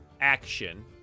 action